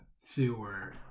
sewer